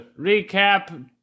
recap